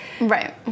Right